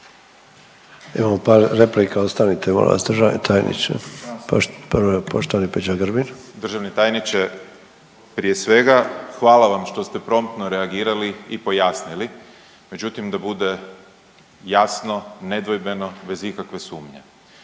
Imam par replika, ostanite molim vas, državni tajniče. Prva je poštovani Peđa Grbin. **Grbin, Peđa (SDP)** Državni tajniče. Prije svega, hvala vam što ste promptno reagirali i pojasnili. Međutim, da bude jasno, nedvojbeno, bez ikakve sumnje.